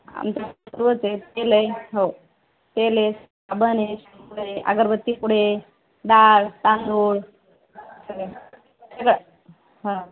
आमच्याकडे सर्वच आहे तेल आहे हो तेल आहे साबण आहे शँपू आहे अगरबत्ती पुडे डाळ तांदूळ सगळं हा